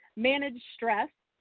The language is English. manage stress,